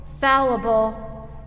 fallible